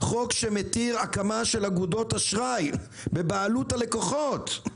חוק שמתיר הקמה של אגודות אשראי בבעלות הלקוחות.